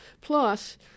Plus